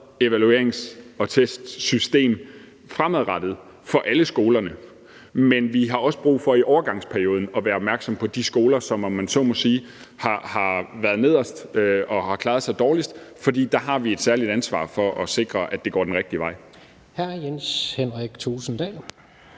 evaluerings- og testsystem fremadrettet for alle skolerne, men vi har også brug for i overgangsperioden at være opmærksomme på de skoler, som, om man så må sige, har været nederst og har klaret sig dårligst, for der har vi et særligt ansvar for at sikre, at det går den rigtige vej.